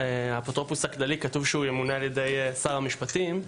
האפוטרופוס הכללי כתוב שהוא ימונה על ידי שר המשפטים.